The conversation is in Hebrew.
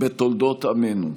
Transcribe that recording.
בתולדות עמנו.